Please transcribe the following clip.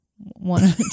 One